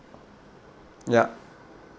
ya